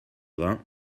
vingts